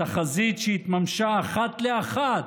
תחזית שהתממשה אחת לאחת,